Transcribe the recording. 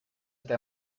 eta